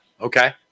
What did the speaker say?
Okay